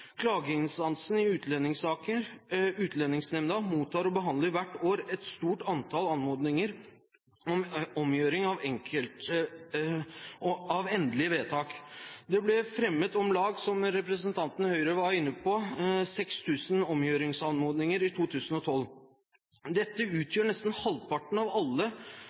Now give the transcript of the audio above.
Klageinstansen i Utlendingsnemnda mottar og behandler hvert år et stort antall anmodninger om omgjøring av endelige vedtak. Det ble fremmet – som representanten fra Høyre var inne på – om lag 6 000 omgjøringsanmodninger i 2012. Dette utgjør nesten halvparten av alle